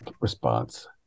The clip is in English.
response